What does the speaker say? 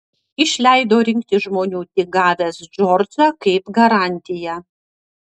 išleido rinkti žmonių tik gavęs džordžą kaip garantiją